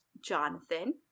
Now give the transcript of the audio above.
Jonathan